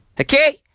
Okay